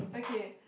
okay